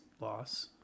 loss